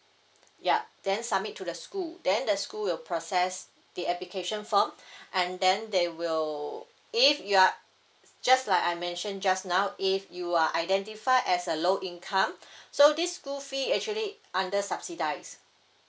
yup then submit to the school then the school will process the application form and then they will if you are just like I mentioned just now if you are identified as a low income so this school fee actually under subsidised